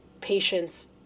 patients